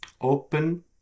open